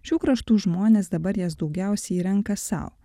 šių kraštų žmonės dabar jas daugiausiai renka sau